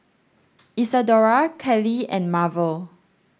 Isadora Callie and Marvel